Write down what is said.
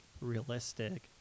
realistic